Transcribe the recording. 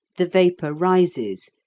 the vapour rises,